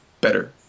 better